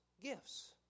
gifts